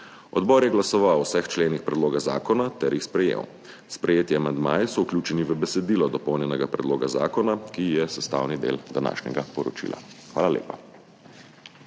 Odbor je glasoval o vseh členih predloga zakona ter jih sprejel. Sprejeti amandmaji so vključeni v besedilo dopolnjenega predloga zakona, ki je sestavni del današnjega poročila. Hvala lepa.